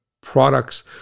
products